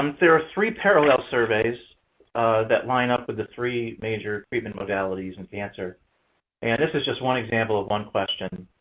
um there're three parallel surveys that line up with the three major treatment modalities in cancer. and this is just one example of one question.